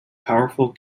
powerful